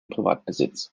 privatbesitz